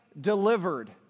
delivered